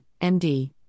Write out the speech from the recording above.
MD